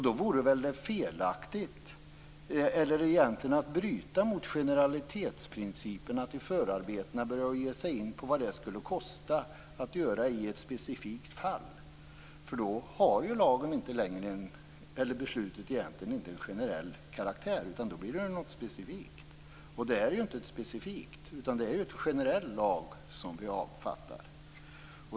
Då vore det väl felaktigt, eller egentligen att bryta mot generalitetsprinciperna, att i förarbetena börja ge sig in på vad det skulle kosta att göra i ett specifikt fall. Då har beslutet egentligen inte längre någon generell karaktär. Då blir det ju något specifikt. Och det är ju inte något specifikt, utan det är en generell lag som vi avfattar.